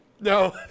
No